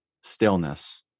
stillness